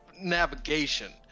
navigation